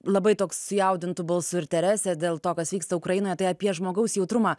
labai toks sujaudintu balsu ir teresė dėl to kas vyksta ukrainoje tai apie žmogaus jautrumą